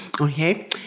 Okay